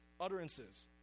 utterances